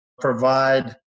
provide